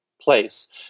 place